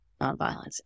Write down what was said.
Nonviolence